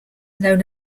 known